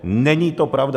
Není to pravda.